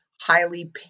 highly